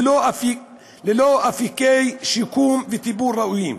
ללא אפיקי שיקום וטיפול ראויים.